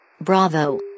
Bravo